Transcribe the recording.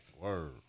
Word